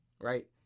right